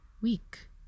week